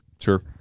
sure